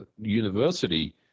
university